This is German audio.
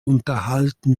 unterhalten